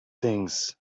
things